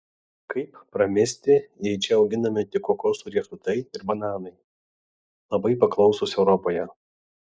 kaip pramisti jei čia auginami tik kokosų riešutai ir bananai labai paklausūs europoje